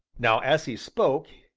now, as he spoke,